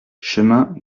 chemin